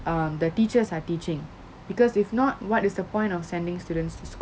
um the teachers are teaching because if not what is the point of sending students to